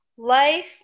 life